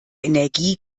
energie